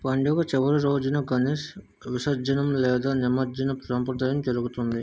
పండుగ చివరి రోజున గణేష్ విసర్జనం లేదా నిమజ్జన సాంప్రదాయం జరుగుతుంది